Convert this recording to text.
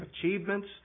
achievements